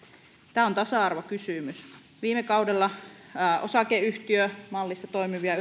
tämä on tasa arvokysymys viime kaudella osakeyhtiömallissa toimivien